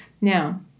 Now